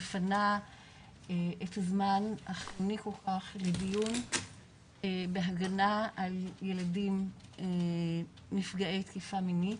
מפנה את הזמן החיוני כל כך לדיון בהגנה על ילדים נפגעי תקיפה מינית.